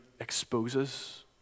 exposes